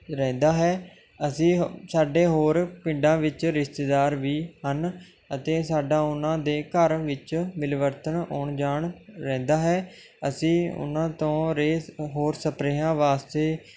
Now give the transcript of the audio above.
ਰਹਿੰਦਾ ਹੈ ਅਸੀਂ ਹ ਸਾਡੇ ਹੋਰ ਪਿੰਡਾਂ ਵਿੱਚ ਰਿਸ਼ਤੇਦਾਰ ਵੀ ਹਨ ਅਤੇ ਸਾਡਾ ਉਹਨਾਂ ਦੇ ਘਰ ਵਿੱਚ ਮਿਲਵਰਤਨ ਆਉਣ ਜਾਣ ਰਹਿੰਦਾ ਹੈ ਅਸੀਂ ਉਹਨਾਂ ਤੋਂ ਰੇਅ ਸ ਹੋਰ ਸਪਰੇਹਾਂ ਵਾਸਤੇ